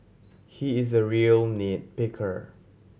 he is a real nit picker